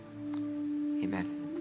Amen